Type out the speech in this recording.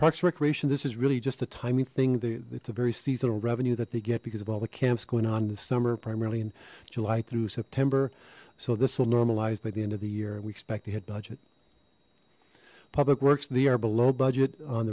parks recreation this is really just a timing thing that's a very seasonal revenue that they get because of all the camps going on in this summer primarily in july through september so this will normalize by the end of the year and we expect to hit budget public works they are below budget on